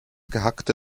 gehackte